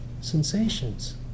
sensations